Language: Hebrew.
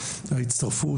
על ההצטרפות,